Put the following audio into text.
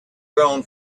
grown